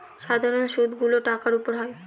সাধারন সুদ গুলো টাকার উপর হয়